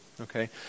okay